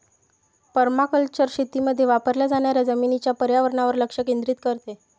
permaculture शेतीमध्ये वापरल्या जाणाऱ्या जमिनीच्या पर्यावरणावर लक्ष केंद्रित करते